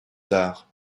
tard